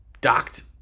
docked